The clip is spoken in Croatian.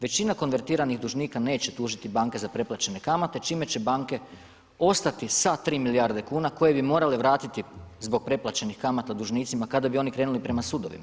Većina konvertiranih dužnika neće tužiti banke za preplaćene kamate čime će banke ostati sa 3 milijarde koje bi morale vratiti zbog preplaćenih kamata dužnicima kada bi oni krenuli prema sudovima.